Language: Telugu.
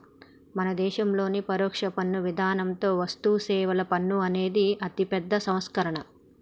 మన దేసంలోని పరొక్ష పన్ను ఇధానంతో వస్తుసేవల పన్ను అనేది ఒక అతిపెద్ద సంస్కరణ